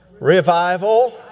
revival